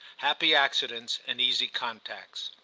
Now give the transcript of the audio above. happy accidents and easy contacts.